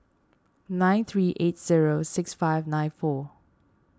nine three eight zero six five nine four